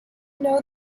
know